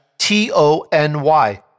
T-O-N-Y